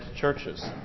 churches